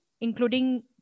including